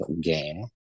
game